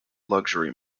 luxury